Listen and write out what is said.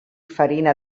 farina